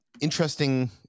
interesting